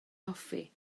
hoffi